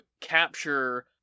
capture